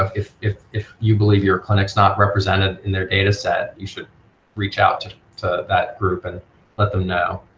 ah if if you believe your clinic's not represented in their data set, you should reach out to to that group and let them know